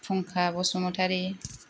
फुंखा बसुमथारि